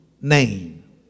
name